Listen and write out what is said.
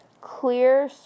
clear